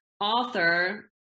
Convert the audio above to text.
author